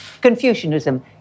Confucianism